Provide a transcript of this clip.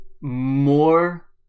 more